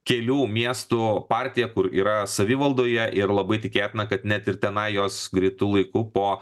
kelių miestų partija kur yra savivaldoje ir labai tikėtina kad net ir tenai jos greitu laiku po